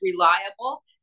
reliable